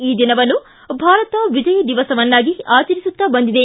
ಈ ದಿನವನ್ನು ಭಾರತ ವಿಜಯ ದಿವಸವನ್ನಾಗಿ ಆಚರಿಸುತ್ತ ಬಂದಿದೆ